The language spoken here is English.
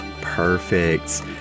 perfect